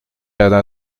alla